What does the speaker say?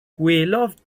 gwelodd